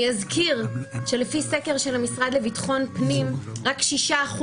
אני אזכיר שלפי סקר של המשרד לביטחון פנים רק 6%